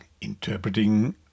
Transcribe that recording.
interpreting